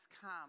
come